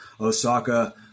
Osaka